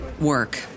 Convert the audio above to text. work